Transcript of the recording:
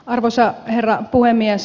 arvoisa herra puhemies